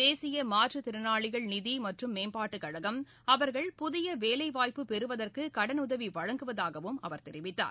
தேசிய மாற்றுத்திறனாளிகள் நிதி மற்றும் மேம்பாட்டுக் கழகம் அவர்கள் புதிய வேலை வாய்ப்பு பெறுவதற்கு கடனுதவி வழங்குவதாகவும் அவர் தெரிவித்தார்